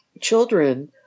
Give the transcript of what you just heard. children